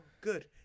good